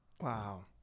Wow